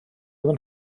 oedd